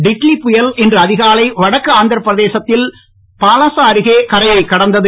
டிட்லி புயல் இன்று அதிகாலை வடக்கு ஆந்திரப்பிரதேசத்தில் பலசா அருகே கரையைக் கடந்தது